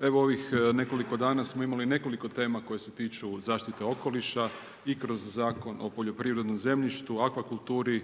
Evo ovih nekoliko dana smo imali nekoliko tema koje se tiču zaštite okoliša i kroz Zakon o poljoprivrednom zemljištu, akvakulturi,